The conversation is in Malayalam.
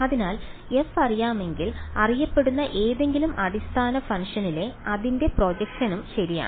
അതിനാൽ f അറിയാമെങ്കിൽ അറിയപ്പെടുന്ന ഏതെങ്കിലും അടിസ്ഥാന ഫംഗ്ഷനിലെ അതിന്റെ പ്രൊജക്ഷനും ശരിയാണ്